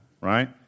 right